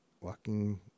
walking